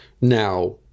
now